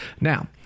Now